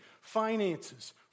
finances